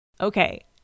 Okay